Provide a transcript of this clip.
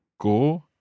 Go